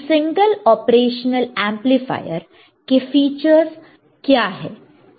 तो single operation amplifier के features है क्या है